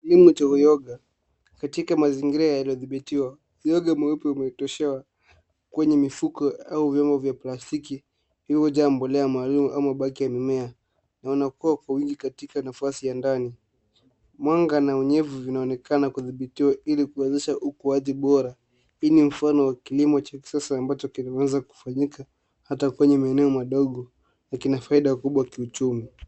Kilimo cha uyoga katika mazingira yaliyodhibitiwa. Uyoga mweupe umetoshea kwenye mifuko au vyombo vya plastiki vilivyojaa bolea maalum au mabaki ya mimea na unakua kwa wingi katika nafasi ya ndani. Mwanga na unyevu vinaonekana kudhibitiwa ili kuwezesha ukuaji bora. Hii ni mfano wa kilimo cha kisasa ambacho kinaweza kufanyika hata kwenye maeneo madogo na kina faida kubwa kiuchumi.